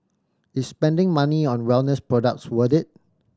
is spending money on wellness products worth it